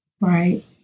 Right